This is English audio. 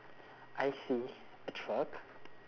I see a truck